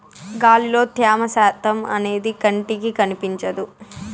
గాలిలో త్యమ శాతం అనేది కంటికి కనిపించదు